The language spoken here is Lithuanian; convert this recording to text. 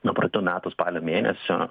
nuo praeitų metų spalio mėnesio